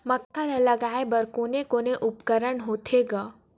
मक्का ला लगाय बर कोने कोने उपकरण होथे ग?